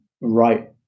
right